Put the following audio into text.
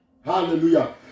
Hallelujah